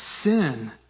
Sin